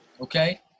okay